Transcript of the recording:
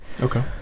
Okay